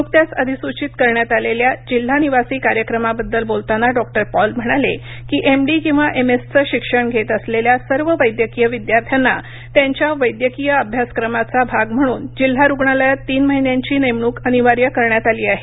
नुकत्याच अधिसूचित करण्यात आलेल्या जिल्हा निवासी कार्यक्रमाबद्दल बोलताना डॉ पॉल म्हणाले की एम डी किंवा एम एस चं शिक्षण घेत असलेल्या सर्व वैद्यकीय विद्यार्थ्यांना त्यांच्या वैद्यकीय अभ्यासक्रमाच्या भाग म्हणून जिल्हा रुग्णालयात तीन महिन्यांची नेमणूक अनिवार्य करण्यात आली आहे